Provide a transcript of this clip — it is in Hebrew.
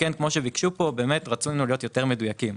כפי שביקשו פה רצינו להיות יותר מדויקים.